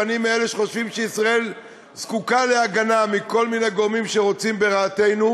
ואני מאלה שחושבים שישראל זקוקה להגנה מכל מיני גורמים שרוצים ברעתנו,